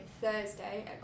Thursday